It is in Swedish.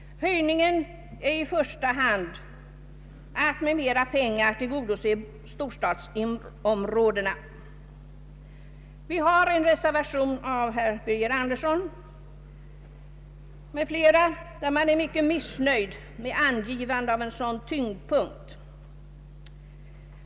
Höjningen är i första hand avsedd att tillgodose storstadsområdena. I en reservation av herr Birger Andersson m.fl. är man mycket missnöjd med angivandet av en sådan tyngdpunkt.